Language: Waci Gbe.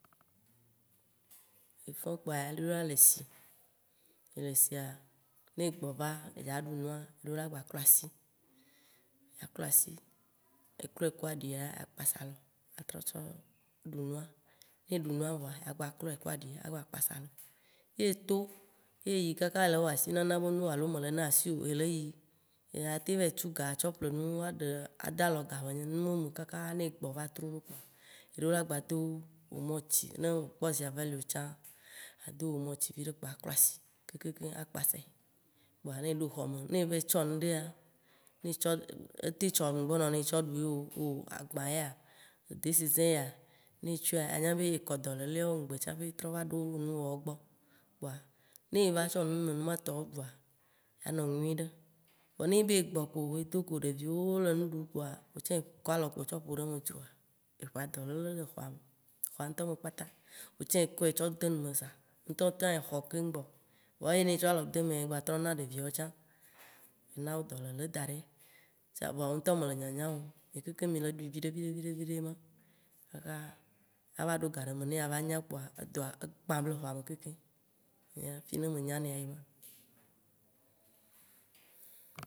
Ne fɔ̃ kpoa, eɖo la lesi, le lesia, ne egbɔ va edza ɖu nua, eɖo la gba klɔ asi. Ya klɔ asi, eklɔe ku aɖia, ya kpatsa lɔ, atrɔ tsɔ ɖu nua, ne ɖu nua vɔa, ya gba klɔe ku aɖi agba kpatsa lɔ. Ye to, ye ele wɔ asi nana be nuwo kaka alo mele na asi o, ye le yi, ya teŋ va yi tsu ga atsɔ ƒle nuwo, aɖe ada lɔ ga be numɔwo me kaka, ne egbɔ va trolo kpoa, eɖola gba do omotsi, ne mekpɔ javel o tsã, ado omo tsi viɖe kpoa aklɔ asi, keŋkeŋ kpoa akpasae. Kpoa ne eɖo xɔ me ne eva yi tsɔ nuɖea, eteŋ tsɔ nugbɔ nɔwo etsɔ ɖu ye o, agba ya, desize ya, anya be ye kɔ dɔleleawo ŋgbe tsaƒe trɔ va ɖo enuwoawo gbɔ. Kpoa ne ye va tsɔ nu nenema tɔwo ɖua, ya nɔ nyuiɖe. Vɔ ne nyebe egbɔ kpo edogo ɖeviwo wo le nu ɖum kpoa, wòtsã ekɔ alɔ kpo tsɔ ƒo ɖe eme dzoa, eƒa dɔlele ɖe xɔa me, xɔa ŋtɔ me kpata, wò tsã ye kɔe tsɔ de nu me zã, wò ŋtɔ tsã exɔ keŋgbɔ, vɔ eyi ne etsɔ alɔ de emea, egba trɔ na ɖeviawo tsã. Ena wo dɔlele da ɖi voa wo ŋtɔ mele nyanya mɔ. Mìa keŋkeŋ mì le ɖui viɖe viɖe viɖe viɖe ma kakaaa ava ɖo gaɖeme ne ava nya kpoa, edɔa, egbã ɖe exɔa me keŋkeŋ. Fi yi ne menya nɛa, ye ma